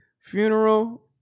funeral